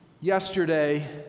Yesterday